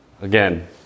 again